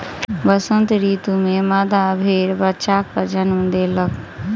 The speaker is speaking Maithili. वसंत ऋतू में मादा भेड़ बच्चाक जन्म देलक